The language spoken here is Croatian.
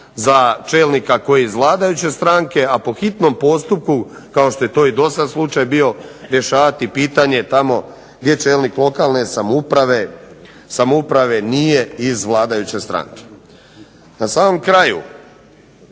za čelnika koji je iz vladajuće stranke, a po hitnom postupku kao što je to i do sada slučaj bio rješavati pitanje tamo gdje čelnik lokalne samouprave nije iz vladajuće stranke. Na samom kraju,